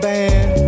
Band